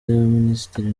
y’abaminisitiri